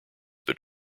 but